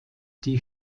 die